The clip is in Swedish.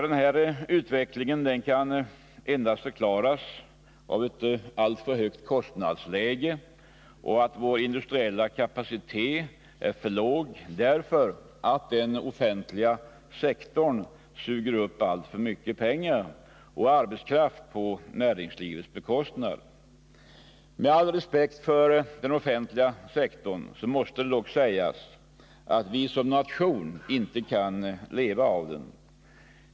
Denna utveckling kan endast förklaras av att vi har ett alltför högt kostnadsläge och av att vår industriella kapacitet är för låg, vilket i sin tur beror på att den offentliga sektorn suger upp alltför mycket pengar och arbetskraft på näringslivets bekostnad. Med all respekt för den offentliga sektorn måste jag dock understryka att vi som nation inte kan leva av den.